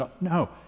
No